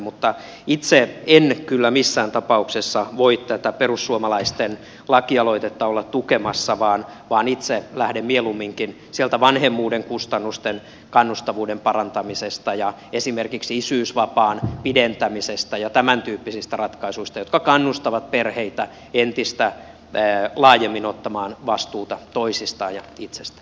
mutta itse en kyllä missään tapauksessa voi tätä perussuomalaisten lakialoitetta olla tukemassa vaan itse lähden mieluumminkin sieltä vanhemmuuden kustannusten kannustavuuden parantamisesta ja esimerkiksi isyysvapaan pidentämisestä ja tämäntyyppisistä ratkaisuista jotka kannustavat perheitä entistä laajemmin ottamaan vastuuta toisista itsestä